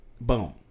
boom